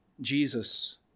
Jesus